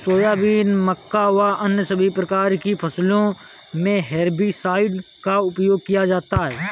soybean, मक्का व अन्य सभी प्रकार की फसलों मे हेर्बिसाइड का उपयोग किया जाता हैं